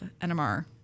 NMR